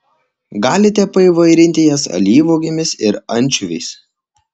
galite paįvairinti jas alyvuogėmis ar ančiuviais